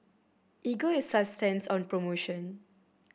Ego Sunsense on promotion